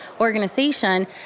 organization